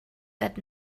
that